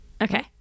Okay